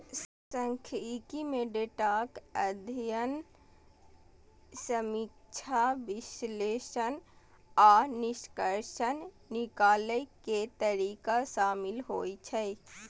सांख्यिकी मे डेटाक अध्ययन, समीक्षा, विश्लेषण आ निष्कर्ष निकालै के तरीका शामिल होइ छै